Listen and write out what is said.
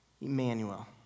Emmanuel